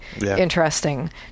interesting